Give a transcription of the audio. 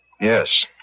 Yes